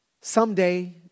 Someday